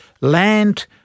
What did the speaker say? land